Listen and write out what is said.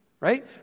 Right